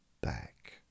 back